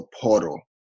portal